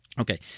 Okay